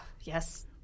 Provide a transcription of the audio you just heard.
Yes